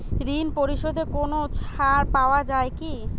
ঋণ পরিশধে কোনো ছাড় পাওয়া যায় কি?